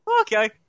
okay